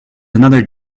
another